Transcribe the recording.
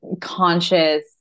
conscious